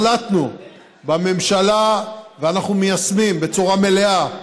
החלטנו בממשלה, ואנחנו מיישמים בצורה מלאה,